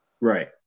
right